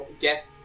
guest